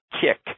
Kick